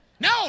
No